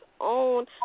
own